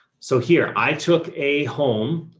so here i took a home.